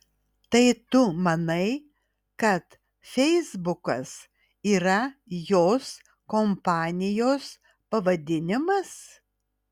tai tu manai kad feisbukas yra jos kompanijos pavadinimas